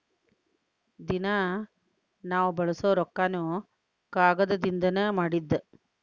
ದಿನಾ ನಾವ ಬಳಸು ರೊಕ್ಕಾನು ಕಾಗದದಿಂದನ ಮಾಡಿದ್ದ